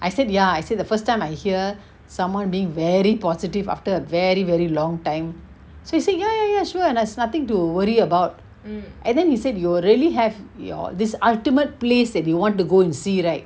I said ya I said the first time I hear someone being very positive after a very very long time so he said ya ya ya sure there's nothing to worry about and then he said you already have your this ultimate place that you want to go and see right